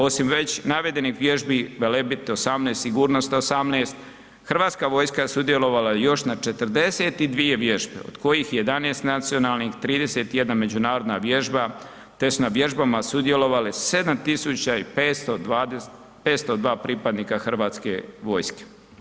Osim već navedenih vježbi Velebit 18 i Sigurnost 18, Hrvatska vojska sudjelovala je još na 42 vježbe, od kojih 11 nacionalnih, 31 međunarodna vježba, te su na vježbama sudjelovale 7502 pripadnika Hrvatske vojske.